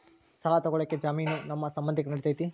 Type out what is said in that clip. ಸಾಲ ತೊಗೋಳಕ್ಕೆ ಜಾಮೇನು ನಮ್ಮ ಸಂಬಂಧಿಕರು ನಡಿತೈತಿ?